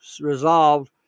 resolved